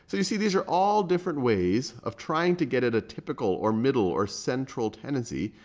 so you see, these are all different ways of trying to get at a typical, or middle, or central tendency.